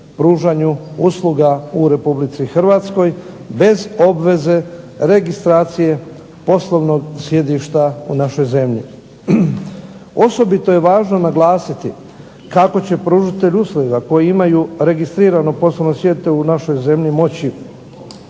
pružanju usluga u Republici Hrvatskoj bez obveze registracije poslovnog sjedišta u našoj zemlji. Osobito je važno naglasiti kako će pružatelji usluga koji imaju registrirano poslovno sjedište u našoj zemlji moći